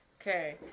Okay